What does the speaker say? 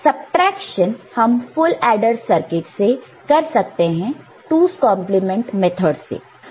subtraction हम full adder circuit से कर सकते हैं 2's complement method 2's complement method से